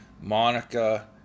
Monica